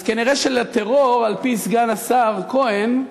אז כנראה שלטרור על-פי סגן השר כהן,